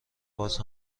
باز